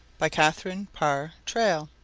by catharine parr traill